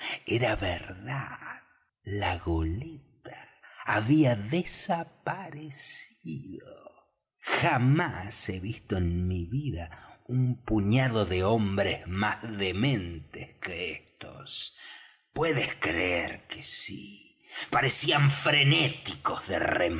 era verdad la goleta había desaparecido jamás he visto en mi vida un puñado de hombres más dementes que estos puedes creer que sí parecían frenéticos de